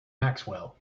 maxwell